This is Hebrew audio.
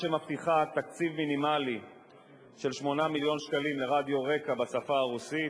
שמבטיחה תקציב מינימלי של 8 מיליון שקלים לרק"ע בשפה הרוסית,